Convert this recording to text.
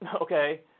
Okay